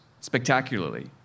spectacularly